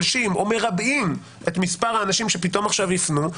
אם אנחנו מכפילים או משלשים או מרבעים את מספר האנשים שעכשיו יפנו,